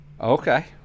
Okay